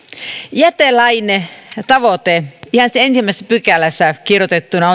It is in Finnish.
jätelain tavoitteena ihan siinä ensimmäisessä pykälässä kirjoitettuna